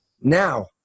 Now